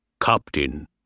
Captain